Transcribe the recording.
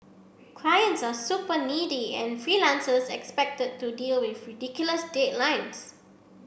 clients are super needy and freelancers expected to deal with ridiculous deadlines